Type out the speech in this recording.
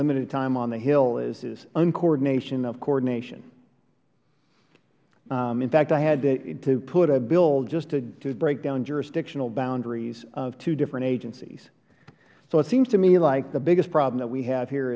limited time on the hill is uncoordination of coordination in fact i had to put a bill just to break down jurisdictional boundaries of two different agencies so it seems to me like the biggest problem that we have here